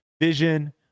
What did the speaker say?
vision